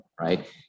right